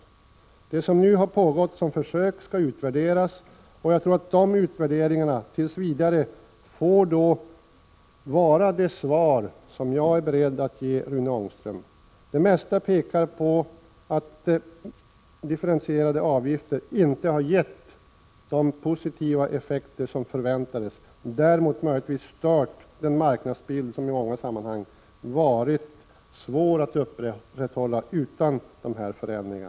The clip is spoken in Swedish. Det försök som nu har pågått skall utvärderas — det får tills vidare vara det svar som jag är beredd att ge Rune Ångström. Det mesta tyder på att differentierade avgifter inte har gett de positiva effekter som förväntades. Däremot har de möjligtvis stört den marknadsbild som i många sammanhang varit svår att upprätthålla utan dessa förändringar.